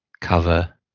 cover